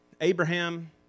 Abraham